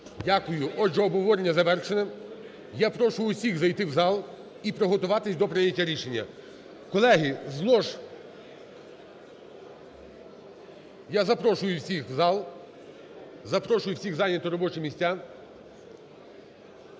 Дякую. Отже, обговорення завершене. Я прошу усіх зайти в зал і приготуватись до прийняття рішення. Колеги, з лож я запрошую усіх в зал, запрошую всіх зайняти робочі місця.